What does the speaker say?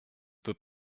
peut